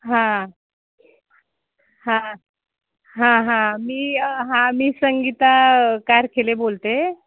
हां हां हां हां मी हां मी संगीता कारखिले बोलते